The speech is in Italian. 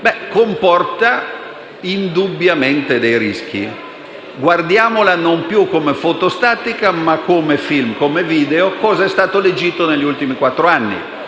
comporta indubbiamente dei rischi. Guardiamo non più come una foto statica, ma come un film, cosa è stato l'Egitto negli ultimi quattro anni,